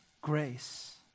grace